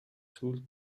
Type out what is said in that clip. сүүлд